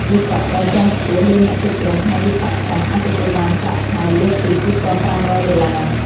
វិស្វករជាន់ខ្ពស់ ឬអ្នកគ្រប់គ្រងផ្នែកវិស្វកម្មអាចទទួលបានប្រាក់ខែលើសពី ២,៥០០ ដុល្លារ។